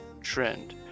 trend